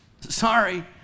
Sorry